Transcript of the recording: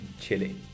Chile